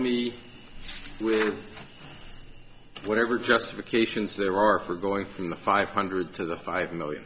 me with whatever justifications there are for going from the five hundred to the five million